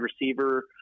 receiver